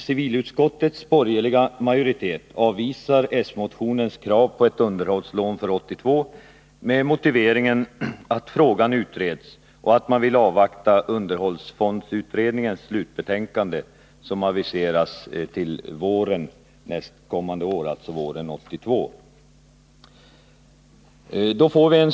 Civilutskottets borgerliga majoritet avvisar vårt motionskrav på ett underhållslån för 1982 med motiveringen att frågan utreds och att man vill avvakta underhållsfondsutredningens slutbetänkande, som har aviserats till våren 1982.